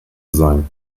sein